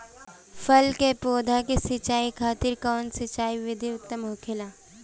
फल के पौधो के सिंचाई खातिर कउन सिंचाई विधि उत्तम होखेला?